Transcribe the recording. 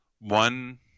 one